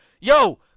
Yo